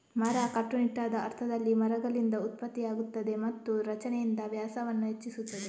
ಮರ, ಕಟ್ಟುನಿಟ್ಟಾದ ಅರ್ಥದಲ್ಲಿ, ಮರಗಳಿಂದ ಉತ್ಪತ್ತಿಯಾಗುತ್ತದೆ ಮತ್ತು ರಚನೆಯಿಂದ ವ್ಯಾಸವನ್ನು ಹೆಚ್ಚಿಸುತ್ತದೆ